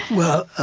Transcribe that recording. well,